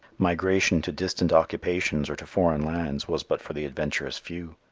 migration to distant occupations or to foreign lands was but for the adventurous few.